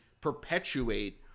perpetuate